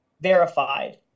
verified